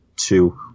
Two